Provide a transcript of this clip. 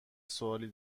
سوالی